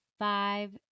five